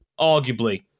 Arguably